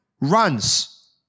runs